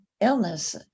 illness